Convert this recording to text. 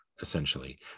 essentially